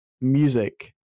music